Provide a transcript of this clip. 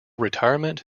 retirement